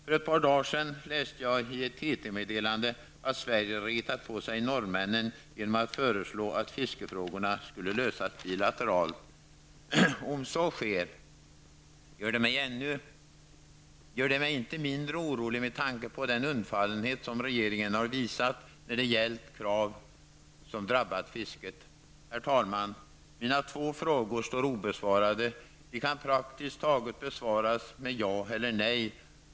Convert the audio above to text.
För ett par dagar sedan läste jag i ett TT meddelande att Sverige hade retat på sig normännen genom att föreslå att fiskefrågorna skulle lösas bilateralt. Om så sker gör det mig inte mindre orolig med tanke på den undfallenhet som regeringen har visat när det har gällt krav som har drabbat fisket. Herr talman! Mina två frågor står obesvarade. De kan praktiskt taget besvaras med ja eller nej.